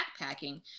backpacking